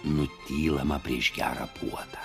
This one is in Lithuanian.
nutylama prieš gerą puodą